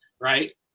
right